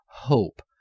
hope